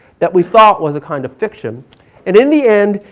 that we thought was a kind of fiction and in the end,